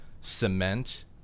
cement